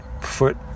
foot